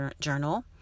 journal